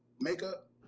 makeup